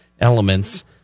elements